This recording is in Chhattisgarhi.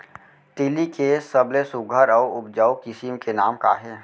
तिलि के सबले सुघ्घर अऊ उपजाऊ किसिम के नाम का हे?